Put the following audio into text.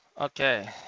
okay